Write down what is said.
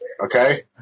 Okay